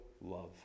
love